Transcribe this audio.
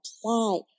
Apply